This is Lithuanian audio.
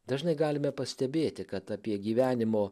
dažnai galime pastebėti kad apie gyvenimo